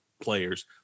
players